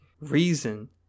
reason